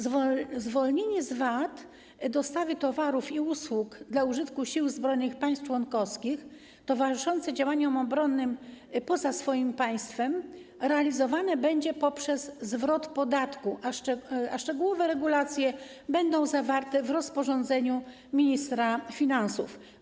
Zwolnienie z VAT dostawy towarów i usług dla użytku sił zbrojnych państw członkowskich towarzyszących działaniom obronnym poza swoim państwem realizowane będzie poprzez zwrot podatku, a szczegółowe regulacje będą zawarte w rozporządzeniu ministra finansów.